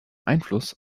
einfluss